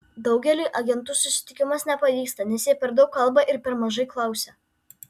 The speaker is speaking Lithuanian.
daugeliui agentų susitikimas nepavyksta nes jie per daug kalba ir per mažai klausia